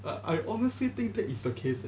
I honestly think that is the case leh